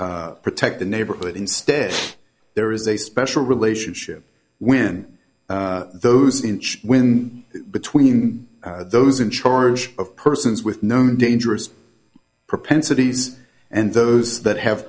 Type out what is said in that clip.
protect the neighborhood instead there is a special relationship when those inch when between those in charge of persons with known dangerous propensities and those that have